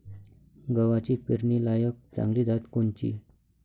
गव्हाची पेरनीलायक चांगली जात कोनची?